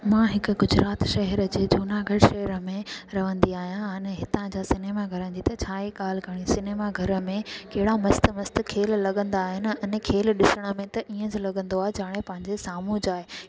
मां हिकु गुजरात शहर जे जूनागढ़ शहर में रहंदी आहियां अने हितां जा सिनेमा घरनि जी छा ई ॻाल्हि करिणी सिनेमा घर में कहिड़ा मस्तु मस्तु खेल लॻंदा आहिनि अने खेल ॾिसण में त इअं जो लॻंदो आहे जाणे पंहिंजे साम्हूं जा आहे